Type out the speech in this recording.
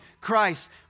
Christ